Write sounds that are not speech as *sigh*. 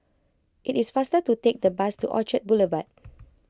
it is faster to take the bus to Orchard Boulevard *noise*